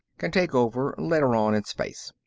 can take over later on in space.